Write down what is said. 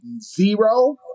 zero